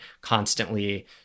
constantly